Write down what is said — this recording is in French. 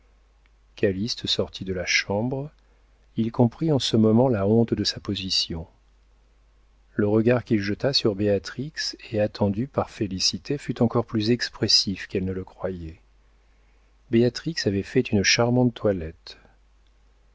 calyste sortit de la chambre il comprit en ce moment la honte de sa position le regard qu'il jeta sur béatrix et attendu par félicité fut encore plus expressif qu'elle ne le croyait béatrix avait fait une charmante toilette